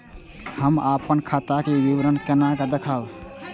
हम अपन खाता के विवरण केना देखब?